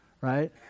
right